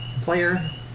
player